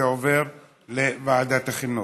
זה עובר לוועדת החינוך.